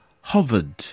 hovered